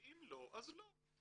ואם לא אז לא.